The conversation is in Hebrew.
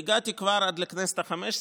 והגעתי כבר עד לכנסת החמש-עשרה,